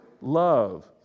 love